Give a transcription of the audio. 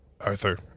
Arthur